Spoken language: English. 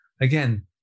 again